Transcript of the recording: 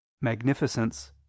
magnificence